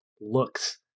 looks